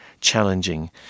challenging